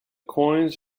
coins